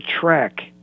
track